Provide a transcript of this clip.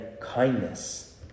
kindness